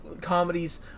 comedies